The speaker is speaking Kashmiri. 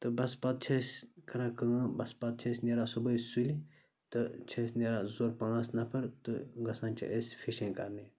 تہٕ بَس پَتہٕ چھِ أسۍ کَران کٲم بَس پَتہٕ چھِ أسۍ نیران صُبحٲے سُلہِ تہٕ چھِ أسۍ نیران زٕ ژور پانٛژھ نَفر تہٕ گژھان چھِ أسۍ فِشِنٛگ کَرنہِ